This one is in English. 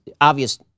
obvious